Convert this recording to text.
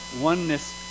oneness